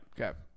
Okay